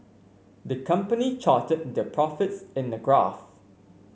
the company charted their profits in a graph